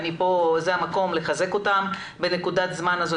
וזה המקום לחזק אותם בנקודת הזמן הזו,